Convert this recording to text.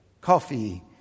coffee